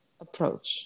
approach